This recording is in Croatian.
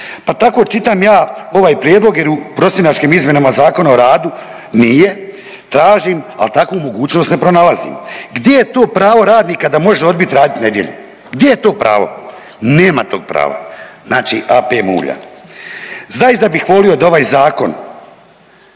pa tako čitam ja ovaj prijedlog jer u prosinačkim izmjenama Zakona o radu nije, tražim al takvu mogućnost ne pronalazim, gdje je to pravo radnika da može odbit radit nedjelju, gdje je to pravo? Nema tog prava. Znači AP mulja. Zaista bih volio da ovaj zakon